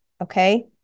Okay